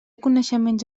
coneixements